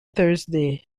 thursday